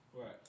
Right